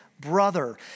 brother